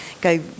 go